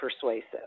persuasive